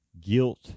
guilt